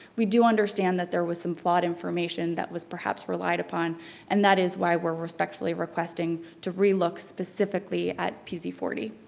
we do understand that there was some flawed information that was perhaps relied upon and that is why we're respectfully requesting to re look specifically at pz forty.